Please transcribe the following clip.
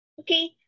Okay